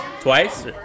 Twice